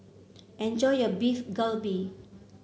enjoy your Beef Galbi